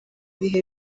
ibihe